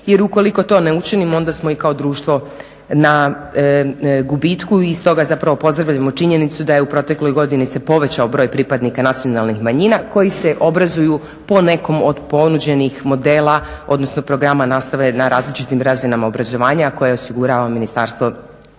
jer ukoliko to ne učinimo onda smo i kao društvo na gubitku i stoga zapravo pozdravljamo činjenicu da je u protekloj godini se povećao broj pripadnika nacionalnih manjina koji se obrazuju po nekom od ponuđenih modela, odnosno programa nastave na različitim razinama obrazovanja, a koje osigurava Ministarstvo